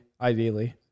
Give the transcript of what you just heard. ideally